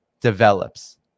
develops